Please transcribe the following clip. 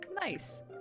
Nice